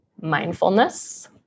mindfulness